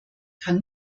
kann